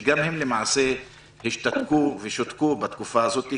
שגם הם למעשה השתתקו ושותקו בתקופה הזאת,